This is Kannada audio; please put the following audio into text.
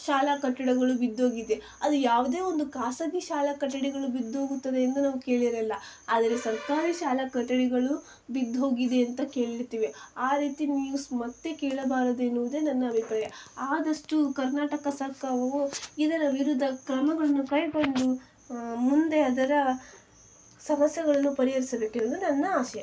ಶಾಲಾ ಕಟ್ಟಡಗಳು ಬಿದ್ದೋಗಿದೆ ಅದು ಯಾವುದೇ ಒಂದು ಖಾಸಗಿ ಶಾಲಾ ಕಟ್ಟಡಗಳು ಬಿದ್ದೋಗುತ್ತದೆ ಎಂದು ನಾವು ಕೇಳಿರಲ್ಲ ಆದರೆ ಸರ್ಕಾರಿ ಶಾಲಾ ಕಟ್ಟಡಗಳು ಬಿದ್ಧೋಗಿದೆ ಅಂತ ಕೇಳಿರ್ತೀವಿ ಆ ರೀತಿ ನ್ಯೂಸ್ ಮತ್ತೆ ಕೇಳಬಾರದು ಎನ್ನುವುದೇ ನನ್ನ ಅಭಿಪ್ರಾಯ ಆದಷ್ಟು ಕರ್ನಾಟಕ ಸರ್ಕಾವು ಇದರ ವಿರುದ್ಧ ಕ್ರಮವನ್ನು ಕೈಗೊಂಡು ಮುಂದೆ ಅದರ ಸಮಸ್ಯೆಗಳನ್ನು ಪರಿಹರಿಸಬೇಕೆಂದು ನನ್ನ ಆಶಯ